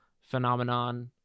phenomenon